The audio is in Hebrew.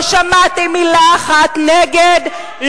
לא שמעתי מלה אחת נגד,